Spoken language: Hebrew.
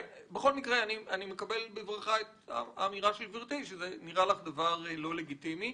אני מקבל בברכה את זה שגברתי אמרה שזה נראה לה דבר לא לגיטימי.